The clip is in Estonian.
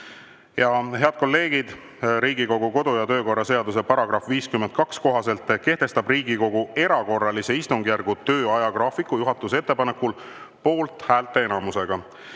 Head kolleegid! Riigikogu kodu‑ ja töökorra seaduse § 52 kohaselt kehtestab Riigikogu erakorralise istungjärgu töö ajagraafiku juhatuse ettepanekul poolthäälte enamusega.